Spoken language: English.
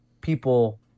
people